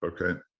Okay